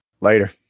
Later